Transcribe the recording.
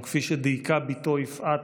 או כפי שדייקה בתו יפעת,